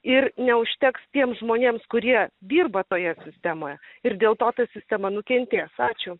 ir neužteks tiems žmonėms kurie dirba toje sistemoje ir dėl to ta sistema nukentės ačiū